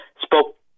spoke